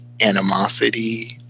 animosity